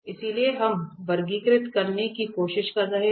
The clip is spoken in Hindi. इसलिए हम वर्गीकृत करने की कोशिश कर रहे हैं